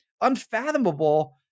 unfathomable